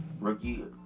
rookie